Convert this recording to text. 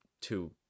two